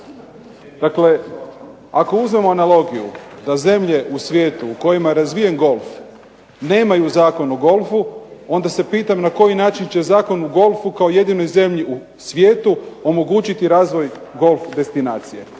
dakle ako uzmemo analogiju da zemlje u svijetu u kojima je razvijen golf nemaju Zakon o golfu onda se pitam na koji način će Zakon o golfu kao jedinoj zemlji u svijetu omogućiti razvoj golf destinacije.